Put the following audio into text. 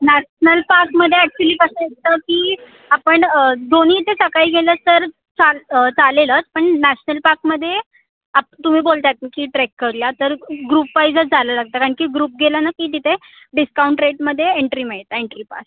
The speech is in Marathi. नॅशनल पार्कमध्ये ॲक्च्युली कसं असतं की आपण दोन्ही इथे सकाळी गेलं तर चाल चालेलच पण नॅशनल पार्कमध्ये आप तुम्ही बोलताय की ट्रेक करूया तर ग्रुप वाईजच चालेल आता कारण की ग्रुप गेला ना की तिथे डिस्काऊंट रेटमध्ये एंट्री मिळेल एंट्री पास